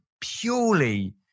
purely